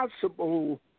possible